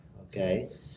okay